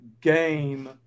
game